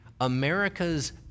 America's